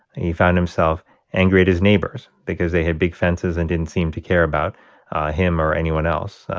he found himself angry at his neighbors because they had big fences and didn't seem to care about him or anyone else.